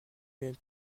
ump